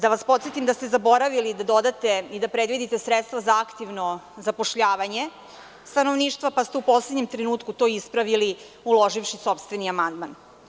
Da vas podsetim da ste zaboravili da dodate i predvidite sredstva za aktivno zapošljavanje stanovništva, pa ste u poslednjem trenutku to ispravili uloživši sopstveni amandman.